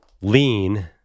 lean